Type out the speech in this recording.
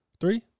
three